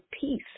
peace